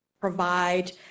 provide